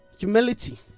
Humility